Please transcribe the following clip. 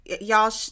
y'all